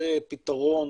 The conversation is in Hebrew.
זה פתרון